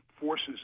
forces